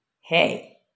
Hey